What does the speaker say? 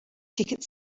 ticket